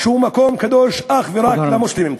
שהוא מקום קדוש אך ורק למוסלמים.